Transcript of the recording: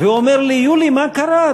הוא אומר לי, יולי, מה קרה?